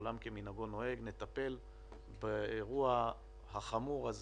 עולם כמנהגו נוהג, נטפל באירוע החמור הזה,